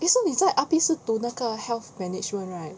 eason 你在 R_P 是读那个 health management right